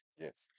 Yes